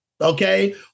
okay